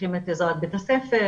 כשצריכים את עזרת בית הספר,